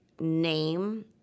name